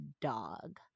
dog